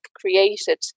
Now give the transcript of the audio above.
created